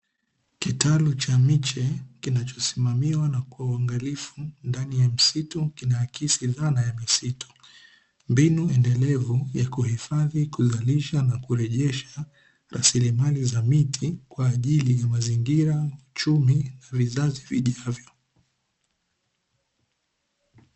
Kitalu cha miche kinachosimamiwa na kwa uangalifu ndani ya msitu kinaakisi dhana ya misitu. Mbinu endelevu ya kuhifadhi, kuzalisha na kurejesha rasilimali za miti kwa ajili ya mazingira, uchumi na vizazi vijavyo.